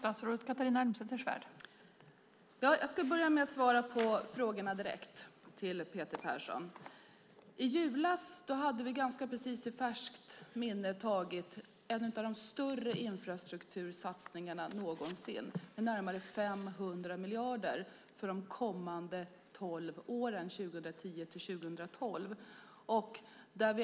Fru talman! Jag ska börja med att svara på frågorna från Peter Persson. I julas hade vi just antagit en av de största infrastruktursatsningarna någonsin på närmare 500 miljarder för de kommande tolv åren fram till 2021.